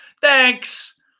thanks